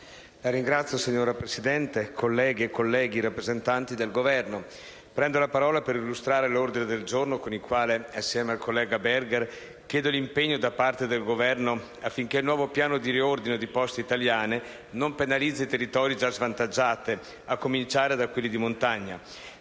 Signora Presidente, colleghe e colleghi, rappresentanti del Governo, prendo la parola per illustrare l'ordine del giorno con il quale, assieme al collega Berger, chiedo l'impegno del Governo affinché il nuovo piano di riordino di Poste italiane non penalizzi territori già svantaggiati, a cominciare da quelli di montagna.